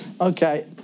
Okay